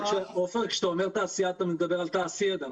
כשאתה אומר תעשייה אתה מדבר על תעשידע,